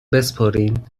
بسپرین